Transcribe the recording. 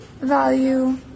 value